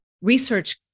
research